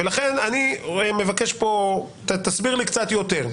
ולכן אני מבקש שתסביר לי פה קצת יותר.